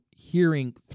hearing